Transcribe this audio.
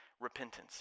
Repentance